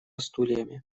стульями